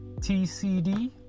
tcd